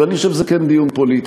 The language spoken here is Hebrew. ואני חושב שזה כן דיון פוליטי,